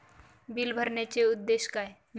Bill भरण्याचे उद्देश काय?